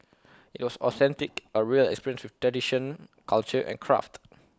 IT was authentic A real experience with tradition culture and craft